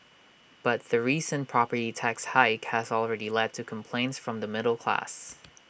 but the recent property tax hike has already led to complaints from the middle class